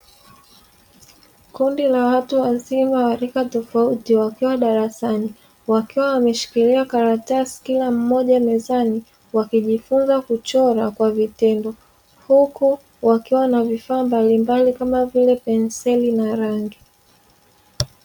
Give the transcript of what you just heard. Kundi la watu wazima wa rika tofauti wakiwa darasani wakiwa wameshikilia karatasi, kila mmoja mezani akijifunza kuchora kwa vitendo; huku wakiwa na vifaa mbalimbali kama vile penseli na rangi.